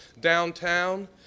downtown